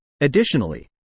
Additionally